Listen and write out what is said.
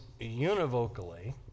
univocally